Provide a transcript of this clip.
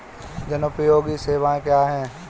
जनोपयोगी सेवाएँ क्या हैं?